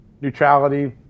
neutrality